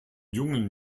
jungen